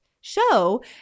show